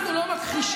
אנחנו לא מכחישים.